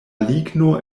ligno